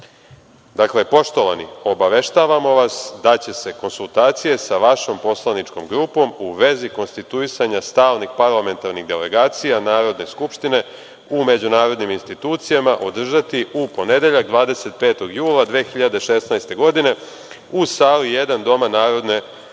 - Poštovani, obaveštavamo vas da će se konsultacije sa vašom poslaničkom grupom u vezi konstituisanja stalnih parlamentarnih delegacija Narodne skupštine u međunarodnim institucijama održati u ponedeljak 25. jula 2016 u sali I, doma Narodne skupštine. Identičan